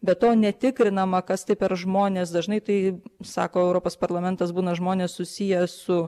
be to netikrinama kas tai per žmonės dažnai tai sako europos parlamentas būna žmonės susiję su